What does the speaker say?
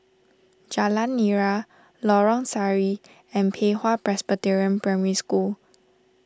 Jalan Nira Lorong Sari and Pei Hwa Presbyterian Primary School